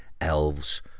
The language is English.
elves